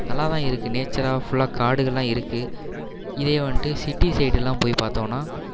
நல்லா தான் இருக்குது நேச்சராக ஃபுல்லாக காடுகள்லாம் இருக்குது இதே வந்துட்டு சிட்டி சைடுலாம் போய் பாத்தோம்னா